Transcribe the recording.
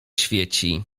świeci